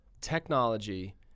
technology